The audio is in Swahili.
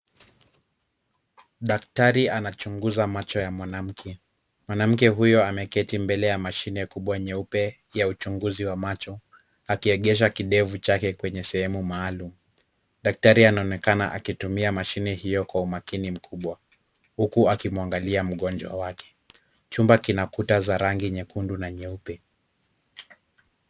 Daktari anachunguza macho ya mwanamke. Mwanamke huyo ameketi mbele ya mashine kubwa nyeupe ya uchunguzi wa macho akiegesha kidevu chake kwenye sehemu maalum. Daktari anaonekana akitumia mashine hiyo kwa umakini mkubwa huku akimwangalia mgonjwa wake. Chumba kina kuta za rangi nyekundu na nyeupe.